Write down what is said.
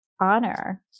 honor